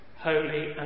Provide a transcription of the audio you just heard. holy